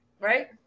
right